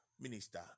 Minister